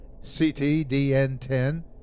CTDN10